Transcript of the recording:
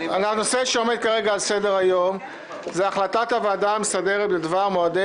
הנושא שעומד כרגע על סדר-היום: החלטת הוועדה המסדרת בדבר מועדי